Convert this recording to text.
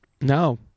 No